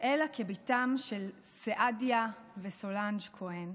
אלא כביתם של סעדיה וסולאנג' כהן,